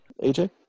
AJ